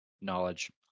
knowledge